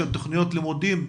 של תוכניות לימודים.